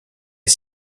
est